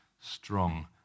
strong